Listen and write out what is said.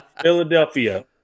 Philadelphia